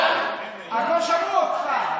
לא שמעו אותך.